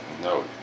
no